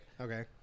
Okay